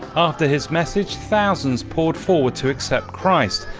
after his message, thousands poured forward to accept christ,